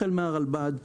החל מהרלב"ד,